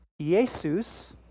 Jesus